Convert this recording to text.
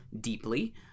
deeply